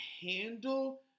handle